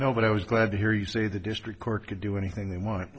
now but i was glad to hear you say the district court could do anything they want